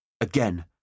again